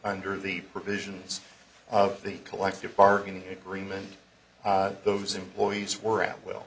under the provisions of the collective bargaining agreement those employees were at will